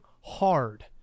hard